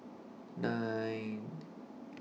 nine